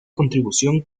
contribución